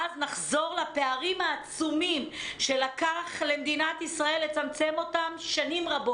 ואז נחזור לפערים העצומים שלקח למדינת ישראל שנים רבות לצמצם אותם,